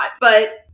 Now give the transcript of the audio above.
But-